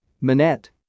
Manette